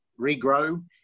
regrow